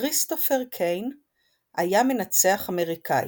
כריסטופר קין היה מנצח אמריקאי.